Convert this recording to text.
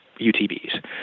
UTBs